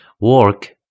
Work